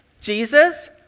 Jesus